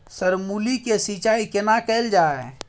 Sir मूली के सिंचाई केना कैल जाए?